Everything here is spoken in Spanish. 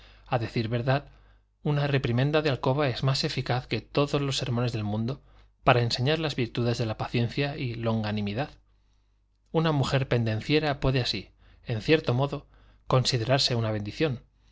a decir verdad una reprimenda de alcoba es más eficaz que todos los sermones del mundo para enseñar las virtudes de la paciencia y longanimidad una mujer pendenciera puede así en cierto modo considerarse una bendición